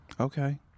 okay